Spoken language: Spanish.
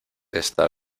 esta